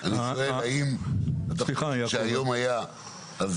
שואל האם כשהיום היה,